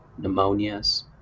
pneumonias